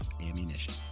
Ammunition